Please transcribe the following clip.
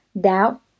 doubt